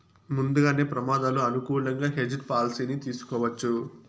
ముందుగానే ప్రమాదాలు అనుకూలంగా హెడ్జ్ పాలసీని తీసుకోవచ్చు